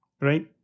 Right